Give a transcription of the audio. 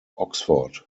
oxford